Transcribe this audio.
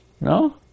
No